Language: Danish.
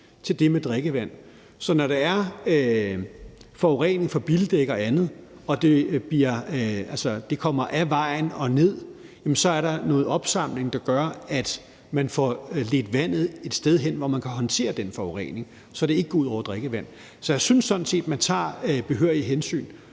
til det med drikkevand. I forhold til det med forurening fra bildæk og andet, og at det kommer fra vejen og ned, så er der noget opsamling, der gør, at man får ledt vandet et sted hen, hvor man kan håndtere den forurening, så det ikke går ud over drikkevandet. Så jeg synes sådan set, man tager behørige hensyn,